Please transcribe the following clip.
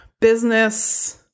business